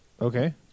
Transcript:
Okay